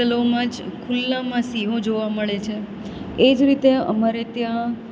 જંગલોમાં જ ખુલ્લામાં સિંહો જોવા મળે છે એ જ રીતે અમારે ત્યાં